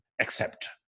accept